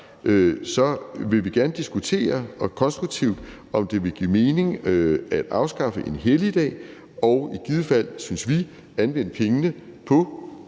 vil vi gerne konstruktivt diskutere, om det vil give mening at afskaffe en helligdag, og i givet fald – synes vi – anvende pengene på